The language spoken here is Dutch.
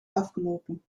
afgelopen